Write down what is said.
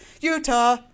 Utah